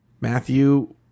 Matthew